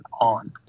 on